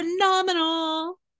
phenomenal